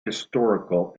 historical